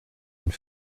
une